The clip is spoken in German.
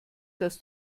dass